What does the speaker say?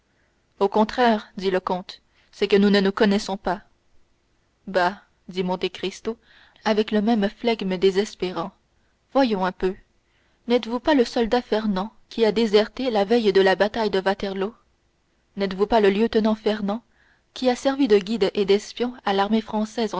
au contraire dit le comte c'est que nous ne nous connaissons pas bah dit monte cristo avec le même flegme désespérant voyons un peu n'êtes-vous pas le soldat fernand qui a déserté la veille de la bataille de waterloo n'êtes-vous pas le lieutenant fernand qui a servi de guide et d'espion à l'armée française